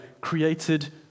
created